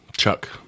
Chuck